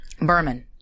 Berman